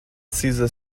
cesar